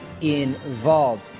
involved